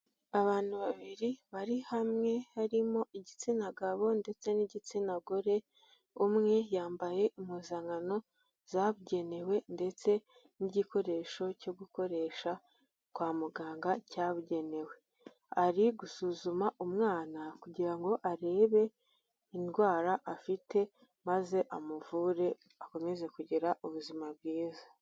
Abantu babiri bari hamwe, harimo igitsina gabo ndetse n'igitsina gore, umwe yambaye impuzankano zabugenewe, ndetse n'igikoresho cyo gukoresha kwa muganga cyabugenewe. Ari gusuzuma umwana, kugira ngo arebe indwara afite, maze amuvure, akomeze kugira ubuzima bwiza.